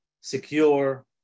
secure